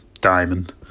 diamond